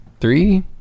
three